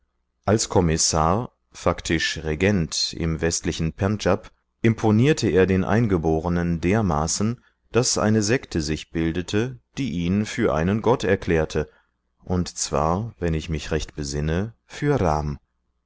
als kommissar faktisch regent im westlichen pendschab imponierte er den eingeborenen dermaßen daß eine sekte sich bildete die ihn für einen gott erklärte und zwar wenn ich mich recht besinne für